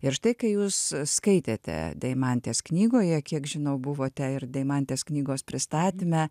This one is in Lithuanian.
ir štai kai jūs skaitėte deimantės knygoje kiek žinau buvote ir deimantės knygos pristatyme